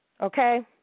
Okay